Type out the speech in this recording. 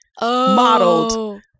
modeled